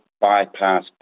bypass